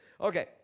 Okay